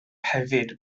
hefyd